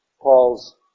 Paul's